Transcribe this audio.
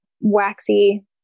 waxy